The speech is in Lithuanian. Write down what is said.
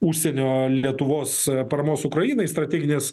užsienio lietuvos paramos ukrainai strateginės